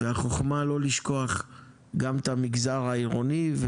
והחוכמה לא לשכוח גם את המגזר העירוני,